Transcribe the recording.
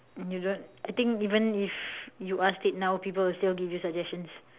you don't I think even if you ask it now people would still give you suggestions